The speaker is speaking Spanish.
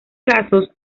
casos